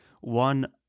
one